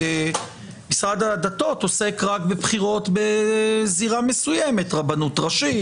משרד הדתות עוסק רק בבחירות בזירה מסוימת: רבנות ראשית,